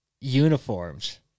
uniforms